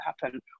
happen